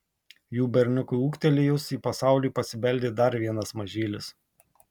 jų berniukui ūgtelėjus į pasaulį pasibeldė dar vienas mažylis